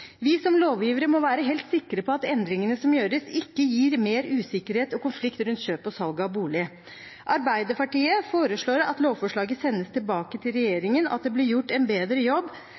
Vi som lovgivere må være helt sikre på at endringene som gjøres, ikke gir mer usikkerhet og konflikt rundt kjøp og salg av bolig. Arbeiderpartiet foreslår at lovforslaget sendes tilbake til regjeringen, at det blir gjort en bedre jobb